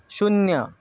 शून्य